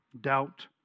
Doubt